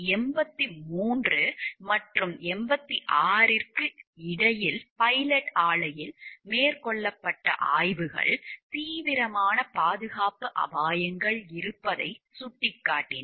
1983 மற்றும் 1986 க்கு இடையில் பைலட் ஆலையில் மேற்கொள்ளப்பட்ட ஆய்வுகள் தீவிரமான பாதுகாப்பு அபாயங்கள் இருப்பதை சுட்டிக்காட்டின